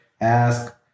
ask